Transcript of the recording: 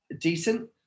decent